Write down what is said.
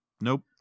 nope